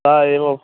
हा एव